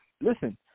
listen